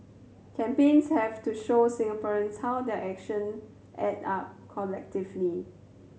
campaigns have to show Singaporeans how their action add up collectively